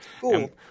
Cool